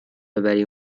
ببری